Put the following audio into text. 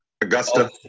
Augusta